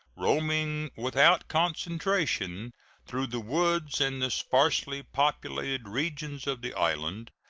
roaming without concentration through the woods and the sparsely populated regions of the island,